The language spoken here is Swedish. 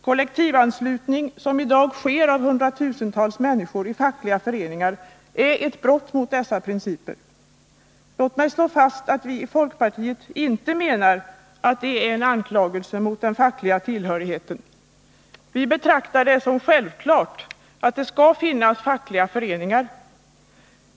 Kollektivanslutning, som i dag sker av hundratusentals människor i fackliga föreningar, är ett brott mot dessa principer. Låt — Vissa grundlagsmigslå fast att vi i folkpartiet inte riktar någon anklagelse mot fackföreningar frågor och den fackliga tillhörigheten. Vi betraktar det som självklart att det skall finnas fackliga föreningar.